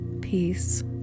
Peace